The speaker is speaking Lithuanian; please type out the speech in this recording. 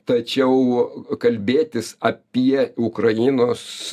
tačiau kalbėtis apie ukrainos